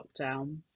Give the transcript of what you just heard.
lockdown